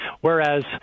whereas